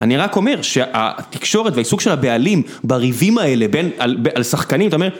אני רק אומר שהתקשורת והעיסוק של הבעלים בריבים האלה, בין על שחקנים אתה אומר